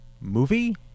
movie